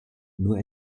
nur